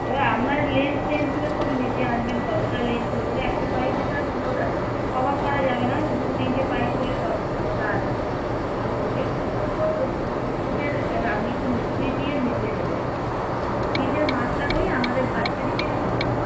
এবার আপনার লেন্থ টেন্থগুলো সব মেপে আনবেন কতটা লেন্থ এবারে একটা পাইপে তো আর পুরোটা কভার করা যাবে না হয়তো দু তিনটে পাইপ হলে তবে পুরোটা আসবে উপর থেকে এবার কত ক ফুটের আপনি একটু মিস্ত্রি দিয়ে মেপে নেবেন মিস্ত্রিদের মাপটা হলে আমাদের পাইপটা দিতে সুবিধা হবে